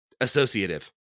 associative